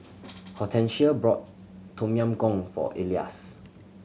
Hortensia bought Tom Yam Goong for Elias